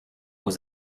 was